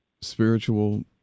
spiritual